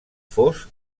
fos